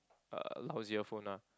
uh lousier phone ah